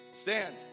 Stand